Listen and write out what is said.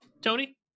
Tony